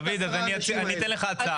דוד, אז אני אתן לך הצעה.